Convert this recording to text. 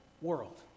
world